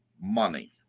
money